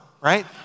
right